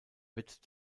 wird